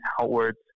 outwards